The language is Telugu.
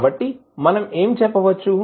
కాబట్టి మనం ఏమి చెప్పవచ్చు